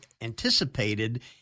anticipated